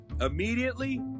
immediately